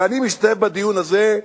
ואני מסתובב בדיון הזה,